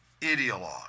ideologue